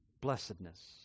blessedness